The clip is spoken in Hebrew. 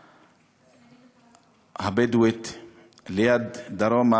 שאמורה לקיים דיון חשוב,